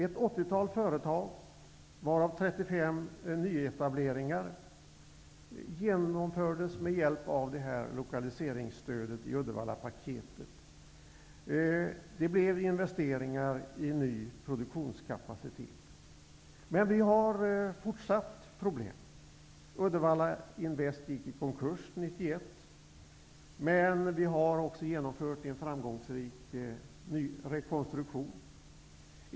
Ett 80-tal företag, varav 35 nyetableringar, genomfördes med hjälp av detta lokaliseringsstödet i Uddevallapaketet. Det blev investeringar i ny produktionskapacitet. Men vi har fortsatt problem. Uddevalla Invest gick i konkurs 1991. Men vi har också genomfört en framgångsrik rekonstruktion.